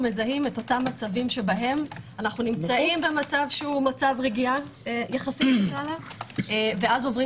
מזהים אותם מצבים שבהם אנחנו נמצאים במצב רגיעה יחסי ואז עוברים